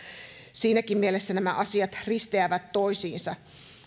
siinäkin mielessä nämä asiat risteävät toisiinsa